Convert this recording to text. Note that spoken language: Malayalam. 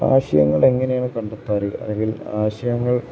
ആശയങ്ങൾ എങ്ങനെയാണ് കണ്ടെത്താറ് അല്ലെങ്കിൽ ആശയങ്ങൾ